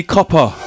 Copper